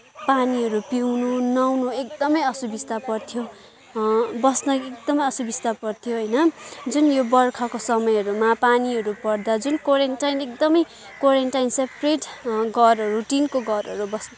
पानीहरू पिउन नुहाउन एकदमै असुबिस्ता पऱ्थ्यो बस्न एकदमै असुबिस्ता पऱ्थ्यो होइन जुन यो वर्षाको समयहरूमा पानीहरू पर्दा जुन क्वारिन्टाइन एकदमै क्वारिन्टाइन स्यापेरेट घरहरू टिनको घरहरू बस्ने